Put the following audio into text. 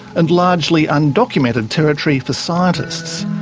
and largely undocumented territory for scientists.